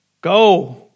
go